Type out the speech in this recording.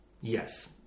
yes